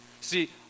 See